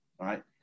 right